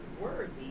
worthy